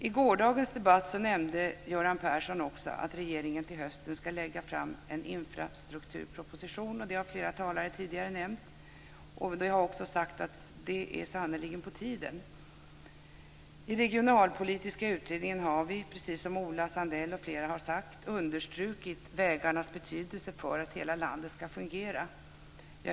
I gårdagens debatt nämnde Göran Persson också att regeringen till hösten ska lägga fram en infrastrukturproposition. Det har flera talare tidigare nämnt. Det har också sagts att det sannerligen är på tiden. I den regionalpolitiska utredningen har vi, precis som Ola Sundell och flera andra har sagt, understrukit bl.a. vägarnas betydelse för att hela landet ska fungera.